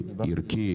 ערכי,